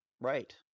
Right